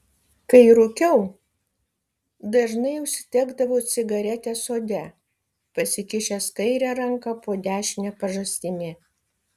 kai rūkiau dažnai užsidegdavau cigaretę sode pasikišęs kairę ranką po dešine pažastimi